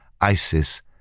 ISIS